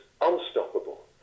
unstoppable